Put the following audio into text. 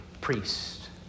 priest